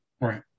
Right